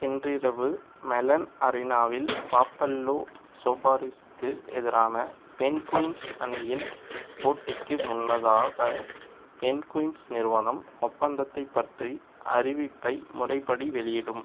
இன்றிரவு மெலன் அரினாவில் பாபல்லோ சோபாரிஸுக்கு எதிரான பென்குயின்ஸ் அணியின் போட்டிக்கு முன்னதாக பென்குயின்ஸ் நிறுவனம் ஒப்பந்தத்தைப் பற்றி அறிவிப்பை முறைப்படி வெளியிடும்